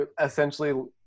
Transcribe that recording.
essentially